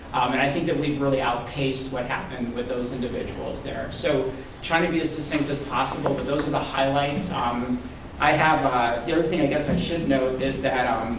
and i think that we've really outpaced what happened with those individuals there. so tried to be as succinct as possible, but those are the highlights. um and i have a the other thing i guess i should note is that